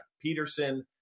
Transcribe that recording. Peterson